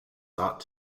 sought